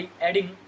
adding